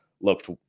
looked